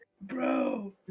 Bro